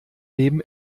leben